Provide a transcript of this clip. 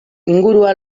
ingurua